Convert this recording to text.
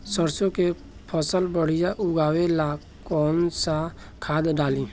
सरसों के फसल बढ़िया उगावे ला कैसन खाद डाली?